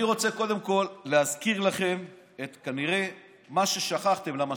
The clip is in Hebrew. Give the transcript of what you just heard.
אני רוצה קודם כול להזכיר לכם את מה ששכחתם כנראה.